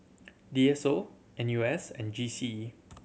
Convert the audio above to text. D S O N U S and G C E